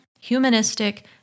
humanistic